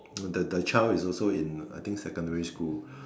the the child is also in I think secondary school